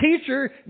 Teacher